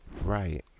Right